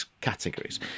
categories